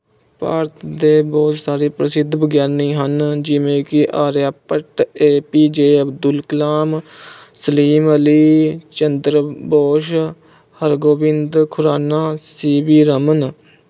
ਭਾਰਤ ਦੇ ਬਹੁਤ ਸਾਰੇ ਪ੍ਰਸਿੱਧ ਵਿਗਿਆਨੀ ਹਨ ਜਿਵੇਂ ਕਿ Aryabhatta A P J Abdul Kalam Salim Ali Chandra Bose Hargobind Khorana C V Raman